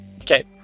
Okay